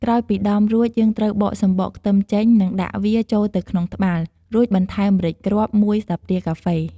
ក្រោយពីដំរួច យើងត្រូវបកសំបកខ្ទឹមចេញ និងដាក់វាចូលទៅក្នុងត្បាល់ រួចបន្ថែម ម្រេចគ្រាប់ ១ស្លាបព្រាកាហ្វេ។